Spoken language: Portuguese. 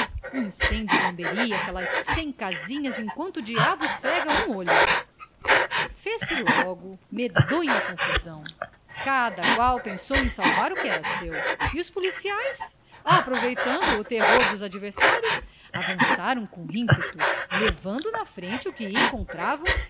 um incêndio lamberia aquelas cem casinhas enquanto o diabo esfrega um olho fez-se logo medonha confusão cada qual pensou em salvar o que era seu e os policiais aproveitando o terror dos adversários avançaram com ímpeto levando na frente o que encontravam